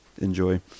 enjoy